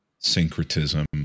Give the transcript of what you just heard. syncretism